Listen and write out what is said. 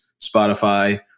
Spotify